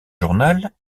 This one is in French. journal